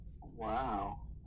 Wow